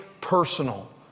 personal